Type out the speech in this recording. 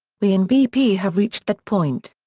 we in bp have reached that point.